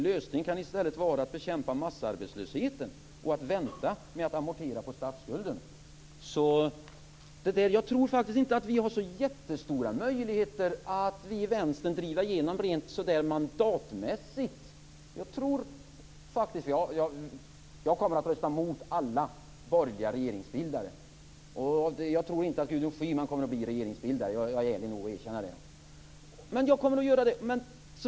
Lösningen kan i stället vara att bekämpa massarbetslösheten och att vänta med att amortera på statsskulden." Jag tror faktiskt inte att vi i Vänstern har så jättestora möjligheter att driva igenom vår politik rent mandatmässigt. Jag kommer att rösta mot alla borgerliga regeringsbildare, och jag tror inte att Gudrun Schyman kommer att bli regeringsbildare - jag är ärlig nog att erkänna det.